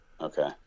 Okay